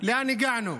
לאן הגענו?